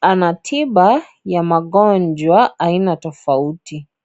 ana tiba ya magonjwa aina tafouti.